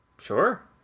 Sure